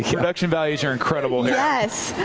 production values are incredible here.